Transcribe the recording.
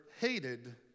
hated